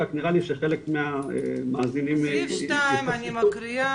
רק נראה לי שחלק מהמאזינים סעיף 2 אני מקריאה: